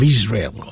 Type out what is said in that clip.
Israel